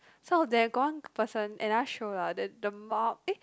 some of them got one person another show lah the the mum eh